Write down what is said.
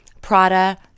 Prada